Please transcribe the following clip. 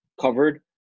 covered